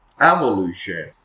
Evolution